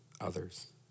others